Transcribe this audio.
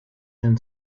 and